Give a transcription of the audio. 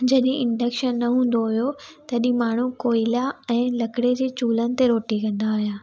जॾहिं इंडक्शन न हूंदो हुयो तॾहिं माण्हू कोइला ऐं लकड़ी जे चुल्हनि ते रोटी कंदा हुआ